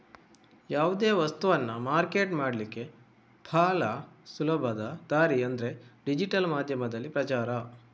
ಯಾವುದೇ ವಸ್ತವನ್ನ ಮಾರ್ಕೆಟ್ ಮಾಡ್ಲಿಕ್ಕೆ ಭಾಳ ಸುಲಭದ ದಾರಿ ಅಂದ್ರೆ ಡಿಜಿಟಲ್ ಮಾಧ್ಯಮದಲ್ಲಿ ಪ್ರಚಾರ